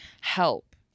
Help